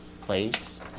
place